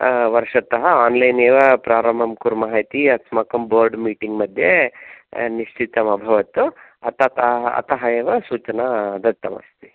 वर्षत online एव प्ररम्भं कुर्म इति अस्माकं बोर्ड् मीटिङ्ग् मध्ये निश्चितं अभवत् अत अत एव सूचना दत्तम् अस्ति